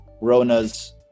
rona's